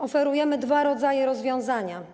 Oferujemy dwa rodzaje rozwiązania.